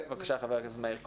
בבקשה, חבר הכנסת מאיר כהן.